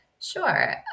Sure